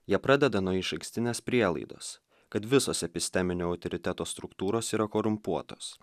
jie pradeda nuo išankstinės prielaidos kad visos episteminio autoriteto struktūros yra korumpuotos